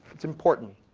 it's important.